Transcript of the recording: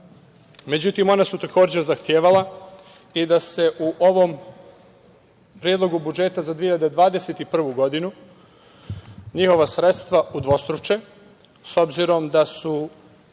Međutim, ona su takođe zahtevala i da se u ovom Predlogu budžeta za 2021. godinu njihova sredstva udvostruče, s obzirom da su